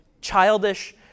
childish